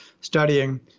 studying